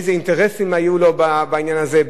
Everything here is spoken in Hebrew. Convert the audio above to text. איזה אינטרסים היו לו בעניין הזה,